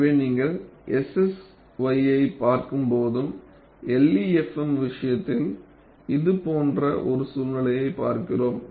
எனவே நீங்கள் SSY ஐப் பார்க்கும்போது LEFM விஷயத்தில் இது போன்ற ஒரு சூழ்நிலையை பார்க்கிறோம்